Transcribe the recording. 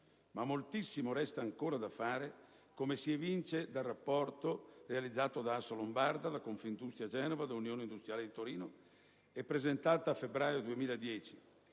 ma moltissimo resta ancora da fare - come si evince dal rapporto realizzato da Assolombarda, Confindustria Genova e Unione industriale di Torino presentato a febbraio 2010